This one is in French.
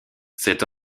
cette